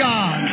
God